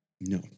No